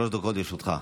שלוש דקות לרשותך.